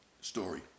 story